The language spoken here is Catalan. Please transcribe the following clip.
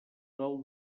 del